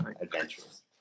adventurous